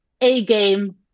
A-game